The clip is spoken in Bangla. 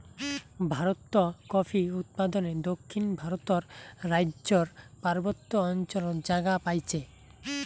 ভারতত কফি উৎপাদনে দক্ষিণ ভারতর রাইজ্যর পার্বত্য অঞ্চলত জাগা পাইছে